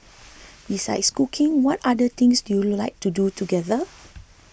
besides cooking what other things do you like to do together